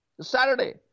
Saturday